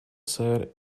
said